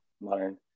modern